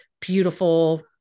beautiful